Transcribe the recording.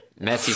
Messi